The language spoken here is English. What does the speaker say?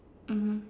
mmhmm